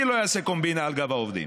אני לא אעשה קומבינה על גב העובדים.